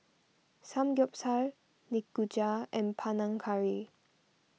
Samgyeopsal Nikujaga and Panang Curry